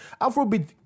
Afrobeat